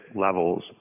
levels